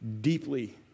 deeply